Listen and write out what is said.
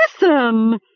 listen